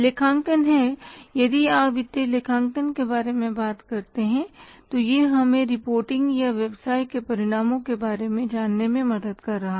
लेखांकन है यदि आप वित्तीय लेखांकन के बारे में बात करते हैं तो यह हमें रिपोर्टिंग या व्यवसाय के परिणामों के बारे में जानने में मदद कर रहा है